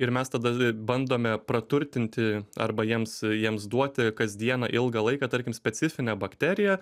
ir mes tada bandome praturtinti arba jiems jiems duoti kas dieną ilgą laiką tarkim specifinę bakteriją